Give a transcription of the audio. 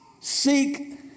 Seek